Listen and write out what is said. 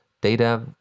data